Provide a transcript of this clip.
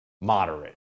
moderate